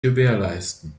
gewährleisten